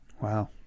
Wow